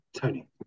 Tony